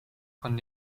von